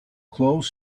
close